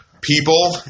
people